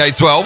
A12